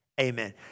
amen